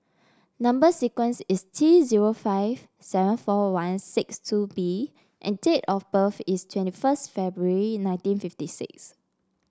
number sequence is T zero five seven four one six two B and date of birth is twenty first February nineteen fifty six